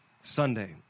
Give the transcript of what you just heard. Sunday